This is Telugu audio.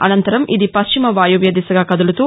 అనంతరం ఇది పశ్చిమ వాయవ్య దిశగా కదులుతూ